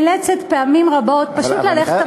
פעמים רבות היא נאלצת פשוט ללכת הביתה.